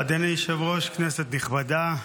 אדוני היושב-ראש, כנסת נכבדה,